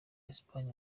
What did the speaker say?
espagne